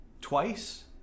Twice